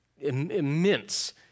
immense